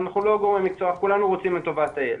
אנחנו לא גורמי מקצוע, כולנו רוצים את טובת הילד.